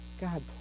God